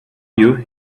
you